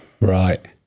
Right